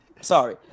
Sorry